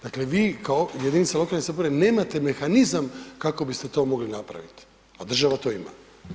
Dakle, vi kao jedinica lokalne samouprave nemate mehanizam kako biste to mogli napraviti, a država to ima.